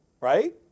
right